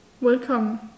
welcome